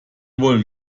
wollen